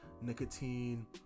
nicotine